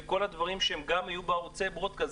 וכל הדברים שהם יהיו בערוצי Broadcast,